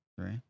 three